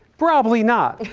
probably not.